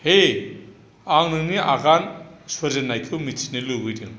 हेइ आं नोंनि आगान सुरजेन्नायखौ मिथिनो लुगैदों